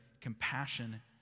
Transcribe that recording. compassion